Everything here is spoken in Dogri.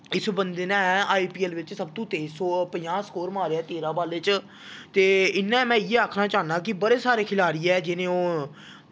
इस बंदे ने आई पी ऐल्ल बिच्च सबतू तेज पंजाह् स्कोर मारेआ तेरां बाल्लें च ते इ'यां मैं इ'यै आखना चाह्न्ना कि बड़े सारे खलाड़ी ऐ जे ओह्